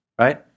right